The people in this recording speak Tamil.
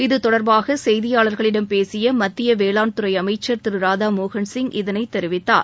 இது தொடர்பாக செய்தியாளர்களிடம் பேசிய மத்திய வேளாண்துறை அமைச்சர் திரு ராதா மோகன் சிங் இதனை தெரிவித்தார்